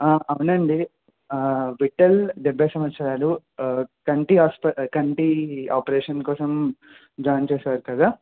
అవునండి విటల్ డెబ్భై సంవత్సరాలు కంటి హాస్ప కంటి ఆపరేషన్ కోసం జాయిన్ చేసారు కదా